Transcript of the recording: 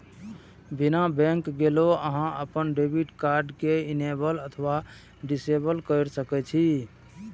बिना बैंक गेलो अहां अपन डेबिट कार्ड कें इनेबल अथवा डिसेबल कैर सकै छी